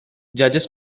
judges